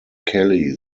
kelly